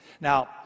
Now